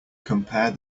compare